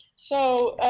so